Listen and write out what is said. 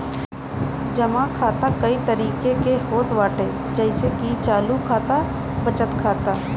जमा खाता कई तरही के होत बाटे जइसे की चालू खाता, बचत खाता